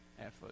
effort